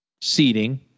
seating